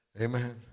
Amen